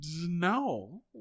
no